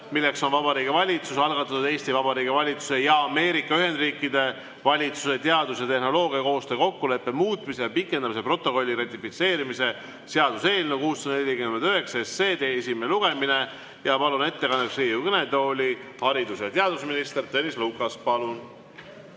milleks on Vabariigi Valitsuse algatatud Eesti Vabariigi valitsuse ja Ameerika Ühendriikide valitsuse teadus- ja tehnoloogiakoostöö kokkuleppe muutmise ja pikendamise protokolli ratifitseerimise seaduse eelnõu 649 esimene lugemine. Ma palun ettekandeks Riigikogu kõnetooli haridus- ja teadusminister Tõnis Lukase.